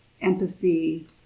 empathy